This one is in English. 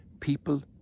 people